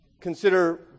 Consider